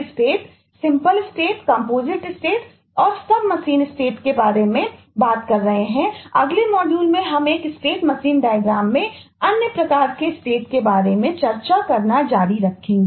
इसलिए state machine डायग्रामके बारे में चर्चा करना जारी रखेंगे